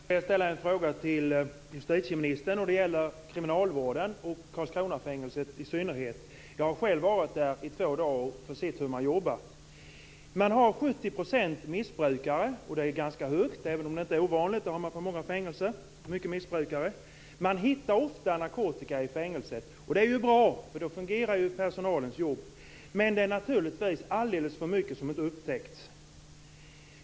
Fru talman! Jag skulle vilja ställa en fråga till justitieministern. Det gäller kriminalvården och Karlskronafängelset i synnerhet. Jag har själv varit där i två dagar och sett hur man jobbar. Man har 70 % missbrukare. Det är en ganska hög andel, även om det inte är ovanligt. Det har man på många fängelser. Det är många missbrukare. Man hittar ofta narkotika i fängelset. Det är bra, för då fungerar ju personalens jobb. Men det är naturligtvis alldeles för mycket som inte upptäcks.